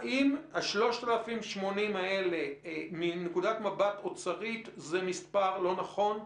האם ה-3,080 האלה מנקודת מבט אוצרית הם מספר לא נכון?